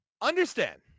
Understand